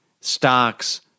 stocks